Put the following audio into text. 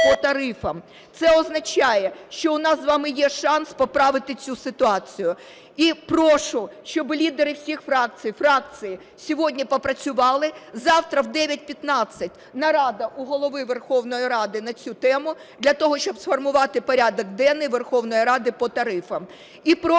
Це означає, що у нас з вами є шанс поправити цю ситуацію. І прошу, щоби лідери всіх фракцій і фракції сьогодні попрацювали. Завтра о 9:15 нарада у Голови Верховної Ради на цю тему для того, щоб сформувати порядок денний Верховної Ради по тарифам.